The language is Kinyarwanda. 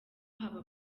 haba